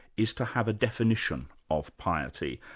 is to have a definition of piety.